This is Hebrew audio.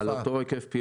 על אותו היקף.